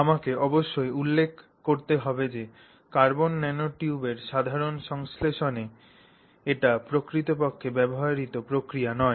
আমাকে অবশ্যই উল্লেখ করতে হবে যে কার্বন ন্যানোটিউবসের সাধারণ সংশ্লেষণে এটি প্রকৃতপক্ষে ব্যবহৃত প্রক্রিয়া নয়